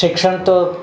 શિક્ષણ તો